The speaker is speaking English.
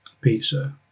pizza